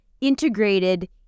integrated